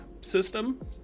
system